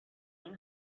این